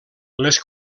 les